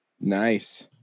Nice